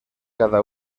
cada